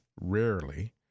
rarely